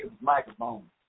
microphone